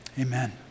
Amen